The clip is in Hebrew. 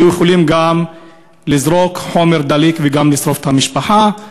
היו יכולים גם לזרוק חומר דליק וגם לשרוף את המשפחה.